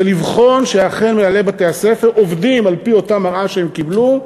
זה לבחון שאכן מנהלי בתי-הספר עובדים על-פי אותה מראה שהם קיבלו,